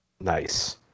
Nice